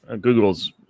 google's